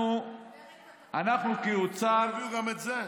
אנחנו כאוצר, הביאו גם את זה.